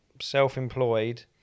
self-employed